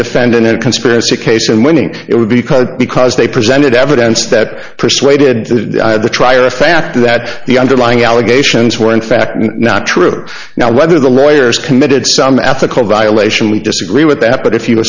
a defendant in a conspiracy case and winning it would be because because they presented evidence that persuaded to the trier of fact that the underlying allegations were in fact not true now whether the lawyers committed some ethical violation we disagree with that but if you